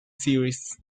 series